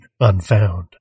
unfound